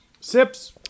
sips